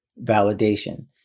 validation